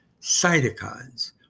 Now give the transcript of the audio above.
cytokines